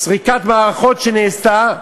סקירת מערכות שנעשתה,